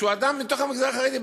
שהוא אדם מתוך המגזר החרדי.